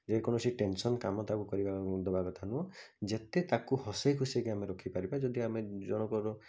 ଯେକୌଣସି ଟେନସନ୍ କାମ ତାକୁ କରିବାକୁ ଦେବା କଥା ନୁହଁ ଯେତେ ତାକୁ ହସେଇ ଖୁସେଇ କି ଆମେ ରଖିପାରିବା ଯଦି ଆମେ ଜଣଙ୍କର